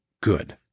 good